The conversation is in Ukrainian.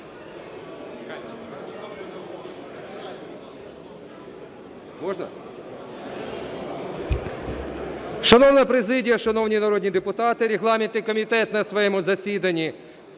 Шановна президія, шановні народні депутати, регламентний комітет на своєму засіданні